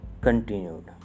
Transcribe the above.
continued